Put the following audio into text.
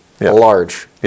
large